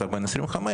אתה בן 25,